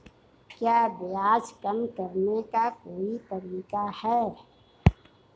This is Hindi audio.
क्या ब्याज कम करने का कोई तरीका है?